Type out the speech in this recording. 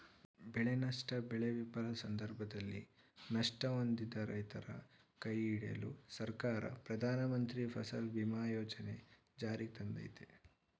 ಬೆಳೆನಷ್ಟ ಬೆಳೆ ವಿಫಲ ಸಂದರ್ಭದಲ್ಲಿ ನಷ್ಟ ಹೊಂದಿದ ರೈತರ ಕೈಹಿಡಿಯಲು ಸರ್ಕಾರ ಪ್ರಧಾನಮಂತ್ರಿ ಫಸಲ್ ಬಿಮಾ ಯೋಜನೆ ಜಾರಿಗ್ತಂದಯ್ತೆ